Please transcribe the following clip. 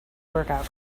workout